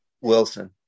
Wilson